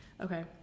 Okay